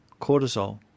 cortisol